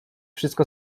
wszystko